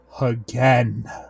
again